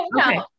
okay